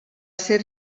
ser